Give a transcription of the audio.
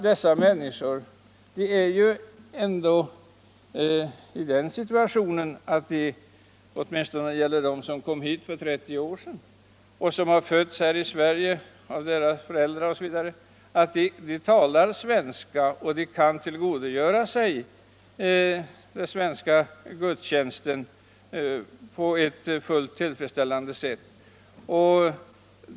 Dessa människor är ändå i den situationen att de — åtminstone de som kom hit för 30 år sedan och de som fötts här i Sverige — talar svenska och kan tillgodogöra sig den svenska gudstjänsten på ett fullt tillfredsställande sätt.